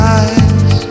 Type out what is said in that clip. eyes